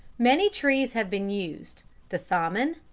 many trees have been used the saman,